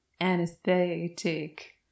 anesthetic